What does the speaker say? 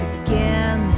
again